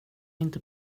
inte